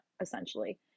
essentially